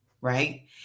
right